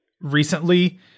recently